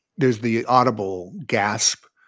there's the audible gasp.